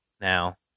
Now